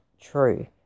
true